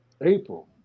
April